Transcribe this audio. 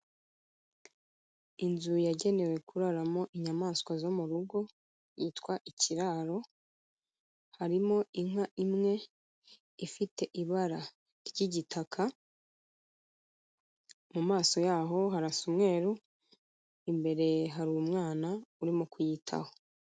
Inzu yagenewe kuraramo inyamaswa zo mu rugo, yitwa ikiraro, harimo inka imwe ifite ibara ry'igitaka, mu maso yaho harasa umweru, imbere hari umwana urimo kuyitaho.